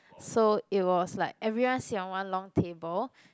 so it was like everyone sit on one long table